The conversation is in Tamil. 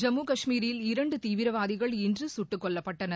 ஜம்மு கஷ்மீரில் இரண்டுதீவிரவாதிகள் இன்றுசுட்டுக்கொல்லப்பட்டனர்